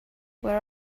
where